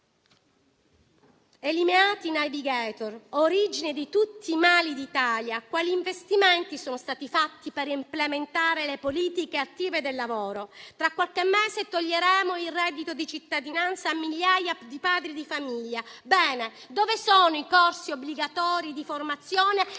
Eliminati i *navigator*, origine di tutti i mali d'Italia, quali investimenti sono stati fatti per implementare le politiche attive del lavoro? Tra qualche mese toglieremo il reddito di cittadinanza a migliaia di padri di famiglia. Bene, dove sono i corsi obbligatori di formazione e di